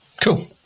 cool